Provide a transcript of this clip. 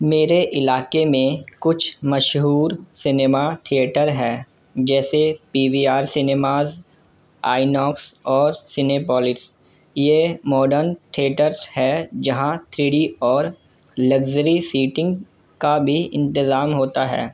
میرے علاقے میں کچھ مشہور سنیما تھیٹر ہے جیسے P V R cinemas INOX اور سنیپولس یہ ماڈرن تھیئیٹرس ہے جہاں تھری ڈی اور لگزری سیٹنگ کا بھی انتظام ہوتا ہے